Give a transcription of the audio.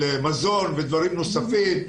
מזון ודברים נוספים,